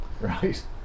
Right